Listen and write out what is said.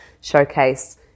showcase